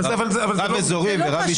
רב אזורי ורב יישוב.